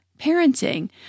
parenting